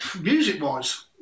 Music-wise